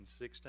16